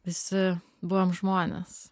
visi buvom žmonės